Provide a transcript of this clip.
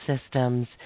systems